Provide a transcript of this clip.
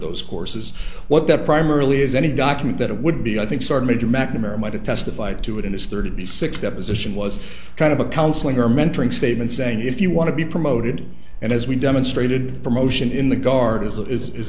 those courses what that primarily is any document that it would be i think started to mcnamara might have testified to it in his thirty six deposition was kind of a counseling or mentoring statement saying if you want to be promoted and as we demonstrated promotion in the guard as it is